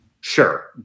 Sure